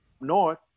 north